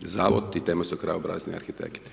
zavod i tema su krajobrazni arhitekti.